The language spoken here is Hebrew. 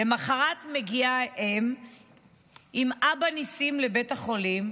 למוחרת מגיעה האם עם אבא ניסים לבית החולים,